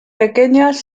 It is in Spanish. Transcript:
pequeñas